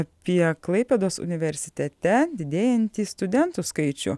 apie klaipėdos universitete didėjantį studentų skaičių